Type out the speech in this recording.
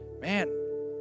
man